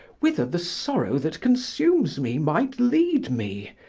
whither the sorrow that consumes me might lead me,